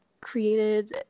Created